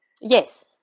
yes